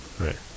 Right